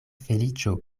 feliĉo